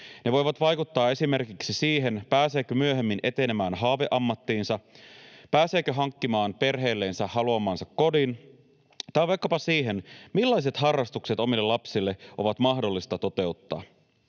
Ne voivat vaikuttaa esimerkiksi siihen, pääseekö myöhemmin etenemään haaveammattiinsa, pääseekö hankkimaan perheellensä haluamansa kodin tai vaikkapa siihen, millaiset harrastukset omille lapsille on mahdollista toteuttaa.